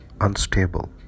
unstable